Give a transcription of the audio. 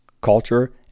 culture